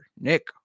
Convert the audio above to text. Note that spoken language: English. Nick